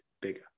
bigger